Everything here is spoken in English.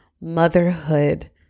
motherhood